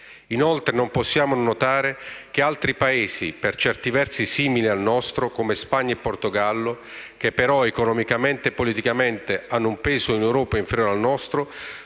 Inoltre, non possiamo non notare che altri Paesi per certi versi simili al nostro, come Spagna e Portogallo, che però economicamente e politicamente hanno un peso in Europa inferiore al nostro,